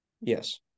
Yes